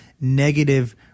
negative